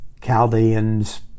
Chaldeans